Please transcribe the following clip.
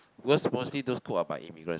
worse mostly those cook are by immigrants